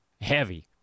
heavy